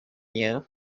you